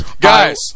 guys